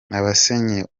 abasenyewe